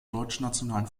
deutschnationalen